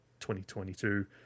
2022